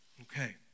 Okay